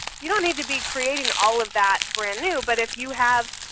you don't need to be creating all of that brand new. but if you have,